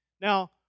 Now